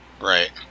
Right